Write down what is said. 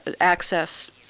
access